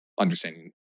understanding